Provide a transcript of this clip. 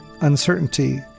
uncertainty